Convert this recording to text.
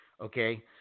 okay